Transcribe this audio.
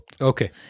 Okay